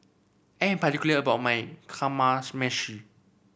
I am particular about my Kamameshi